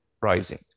rising